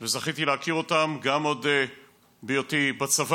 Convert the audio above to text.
וזכיתי להכיר אותם עוד בהיותי בצבא